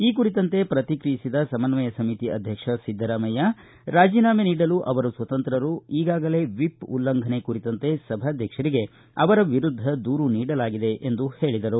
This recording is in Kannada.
ಈ ಕುರಿತಂತೆ ಪ್ರತಿಕ್ರಿಯಿಸಿದ ಸಮನ್ವಯ ಸಮಿತಿ ಅಧ್ವಕ್ಷ ಸಿದ್ದರಾಮಯ್ಯ ರಾಜೀನಾಮೆ ನೀಡಲು ಅವರು ಸ್ವತಂತ್ರರು ಈಗಾಗಲೇ ವಿಪ್ ಉಲ್ಲಂಘನೆ ಕುರಿತಂತೆ ಸಭಾಧ್ಯಕ್ಷರಿಗೆ ಅವರ ವಿರುದ್ದ ದೂರು ನೀಡಲಾಗಿದೆ ಎಂದು ಹೇಳಿದರು